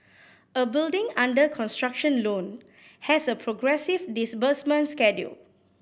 a building under construction loan has a progressive disbursement schedule